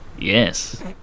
Yes